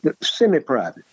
semi-private